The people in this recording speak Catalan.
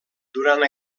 durant